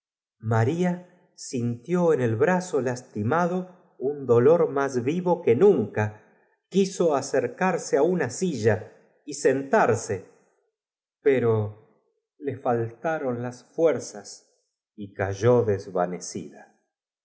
sintió en el brazo lastimado las dos habían tomado la resolución de un dolor más vivo que nunca quiso acer desmayarse cascanueces hizo un supr e carse á una silla y sentarse pero le falta mo esfuerzo reunió todos sus medios y ron las fuerzas y cayó desvanecida